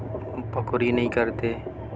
پگوری نہیں کرتے